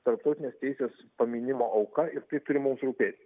tarptautinės teisės pamynimo auka ir tai turi mums rūpėti